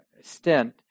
stint